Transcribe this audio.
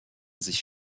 sich